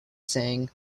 saying